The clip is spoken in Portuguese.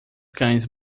cães